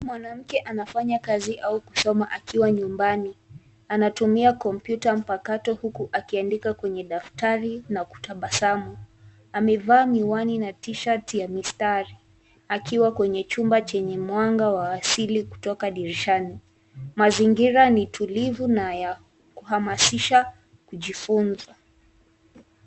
Mwanamke anafanya kazi au kusoma akiwa nyumbani. Anatumia kompyuta mpakato huku akiandika kwenye daftari na kutabasamu. Amevaa miwani na tishati ya mistari akiwa kwenye chumba chenye mwanga wa asili kutoka dirishani. Mazingira ni tulivu na ya kuhamasisha kujifunza.